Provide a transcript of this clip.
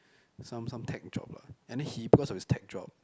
some some tech job lah and then he because of his tech job